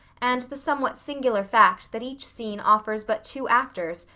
and the somewhat singular fact that each scene offers but two actors,